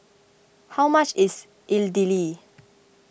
how much is Idili